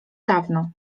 dawno